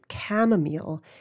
chamomile